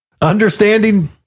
Understanding